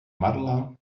marla